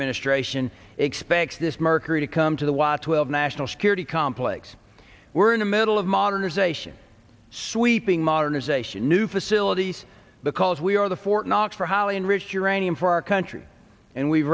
administration expects this mercury to come to the was twelve national security complex we're in the middle of modernization sweeping modernization new facilities the calls we are the fort knox for highly enriched uranium for our country and we've